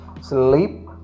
sleep